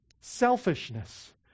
selfishness